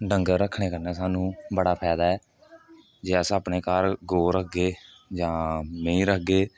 डंगर रक्खने कन्नै सानूं बड़ा फायदा ऐ जे अस अपने घर गौ रखगे जां मेहीं रखगे